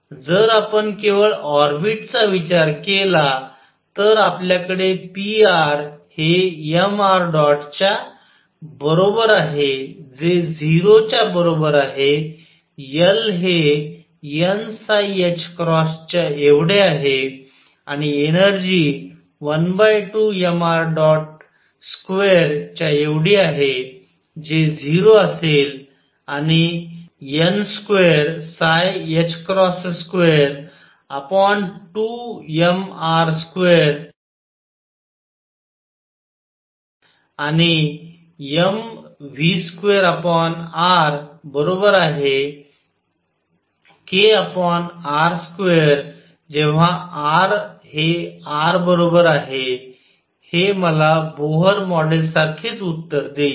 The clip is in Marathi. जर आपण केवळ ऑर्बिटचा विचार केला तर आपल्याकडे pr हे mṙ च्या बरोबर आहे जे 0 च्या बरोबर आहे L हे n च्या एवढे आहे आणि एनर्जी 12mr2 च्या एवढी आहे जे 0 असेल आणि n222mR2 krआणि mv2rkr2 ।rR हे मला बोहर मॉडेलसारखेच उत्तर देईल